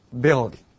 building